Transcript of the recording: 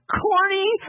corny